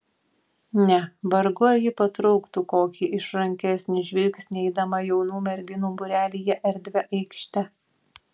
ne vargu ar ji patrauktų kokį išrankesnį žvilgsnį eidama jaunų merginų būrelyje erdvia aikšte